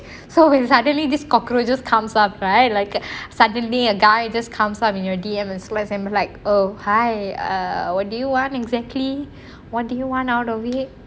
so when suddenly this cockroaches comes up right like a suddenly a guy just comes up in your D_M I'm like oh hi err what do you want exactly what do you want out of it